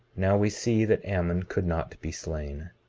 now we see that ammon could not be slain,